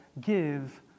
give